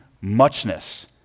muchness